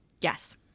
Yes